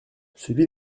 celui